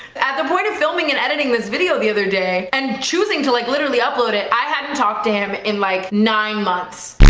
at the point of filming and editing this video the other day and choosing to like literally upload it i hadn't talked to him in like nine months.